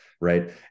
right